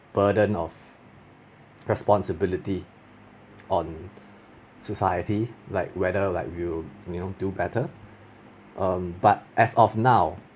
burden of responsibility on society like whether like you you know do better um but as of now